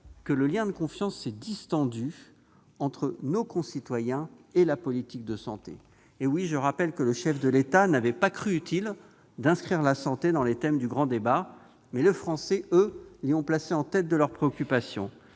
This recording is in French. que le lien de confiance s'est distendu entre nos concitoyens et la politique sanitaire. Oui, je rappelle que le chef de l'État n'avait pas cru utile d'inscrire la santé dans les thèmes du grand débat, mais les Français l'ont placée en tête de leurs préoccupations,